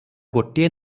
ଗୋଟିଏ